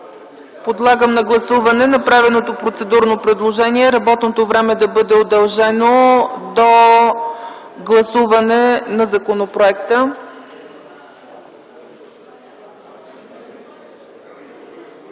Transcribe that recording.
Подлагам на гласуване направеното процедурно предложение – работното време да бъде удължено до гласуване на законопроекта.